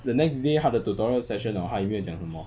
the next day 他的 tutorial session hor 他也没有讲什么